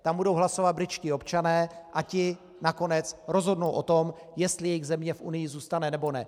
Tam budou hlasovat britští občané a ti nakonec rozhodnou o tom, jestli jejich země v Unii zůstane, nebo ne.